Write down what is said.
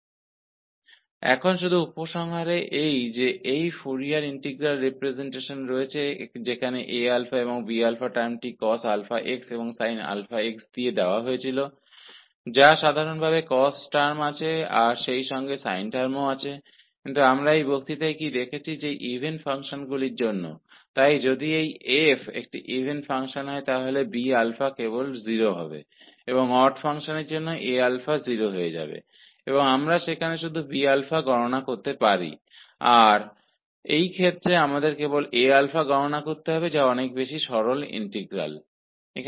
और इससे हम यह निष्कर्ष निकाल सकते है यहाँ फोरियर इंटीग्रल रिप्रजेंटेशन Aα के साथ cosαx पद है और इस Bα के साथ sin αx पद हैआमतौर पर इसमें cos पद के साथ साथ sin पद भी होते हैं लेकिन हमने इस लेक्चर में देखा गया कि इवन फंक्शन्स के लिए Bα का मान 0 होगा जबकि आड फंक्शन्स के लिए Aα 0 हो जाएगा और हमें केवल Bα की गणना करनी होगी और इस सवाल में हमें केवल Aα की गणना करने की आवश्यकता है जो कि एक सरल इंटीग्रल है